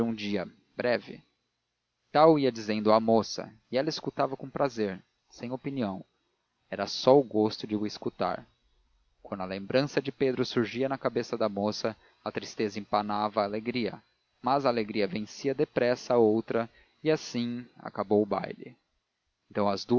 dia breve tal ia dizendo à moça e ela escutava com prazer sem opinião era só o gosto de o escutar quando a lembrança de pedro surgia na cabeça da moça a tristeza empanava a alegria mas a alegria vencia depressa a outra e assim acabou o baile então as